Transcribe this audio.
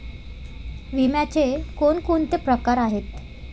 विम्याचे कोणकोणते प्रकार आहेत?